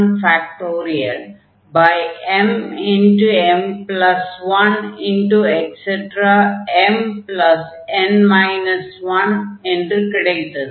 mm1mn 1 என்று கிடைத்தது